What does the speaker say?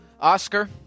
Oscar